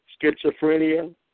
schizophrenia